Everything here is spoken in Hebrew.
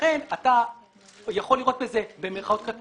לכן אתה יכול לראות בזה "קטנוניות",